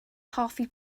hoffi